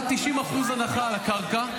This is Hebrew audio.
עד 90% הנחה על הקרקע,